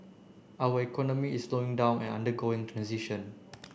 our economy is slowing down and undergoing transition